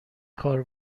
کار